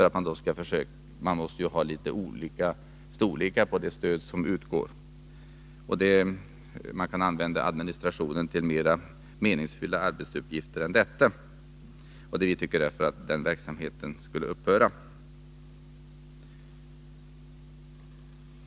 Det skall ju vara litet olika storlek på det stöd som utgår. Man kan använda administrationen till mera meningsfyllda arbetsuppgifter än denna. Därför tycker vi att den här verksamheten borde upphöra.